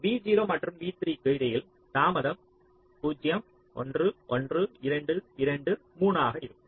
V0 மற்றும் v3 க்கு இடையில் தாமதம் 0 1 1 2 2 3 வாக இருக்கும்